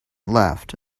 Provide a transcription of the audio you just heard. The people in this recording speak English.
left